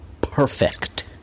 Perfect